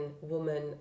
woman